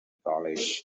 college